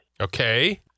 Okay